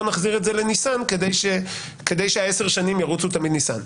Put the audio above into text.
בואו נחזיר את זה לניסן כדי שהעשר שנים תמיד ירוצו ניסן.